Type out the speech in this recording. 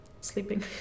sleeping